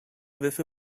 with